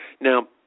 Now